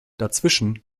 dazwischen